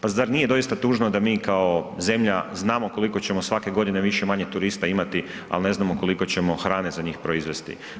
Pa zar nije doista tužno da mi kao zemlja znamo koliko ćemo svake godine više-manje turista imati, al ne znamo koliko ćemo hrane za njih proizvesti?